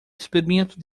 experimento